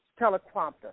teleprompter